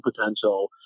potential